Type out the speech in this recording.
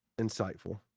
Insightful